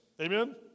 Amen